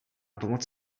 pomoc